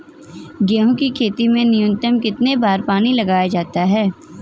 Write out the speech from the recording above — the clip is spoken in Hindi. गेहूँ की फसल में न्यूनतम कितने बार पानी लगाया जाता है?